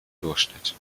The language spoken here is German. durchschnitt